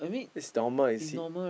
is normal you see